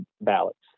ballots